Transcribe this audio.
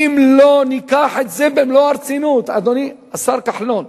אם לא ניקח את זה במלוא הרצינות, אדוני השר כחלון,